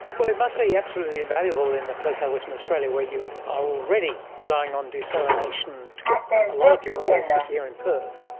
well, it must be absolutely invaluable in a place like western australia where you are already relying on desalination to get a lot of your water, especially here in perth,